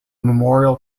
memorial